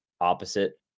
opposite